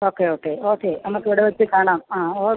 okay okay okay നമുക്ക് ഇവിടെ വെച്ച് കാണാം ആ ഓ